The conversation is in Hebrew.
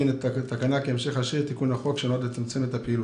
את התקנה כהמשך ישיר לתיקון החוק שנועד לצמצם את הפעילות.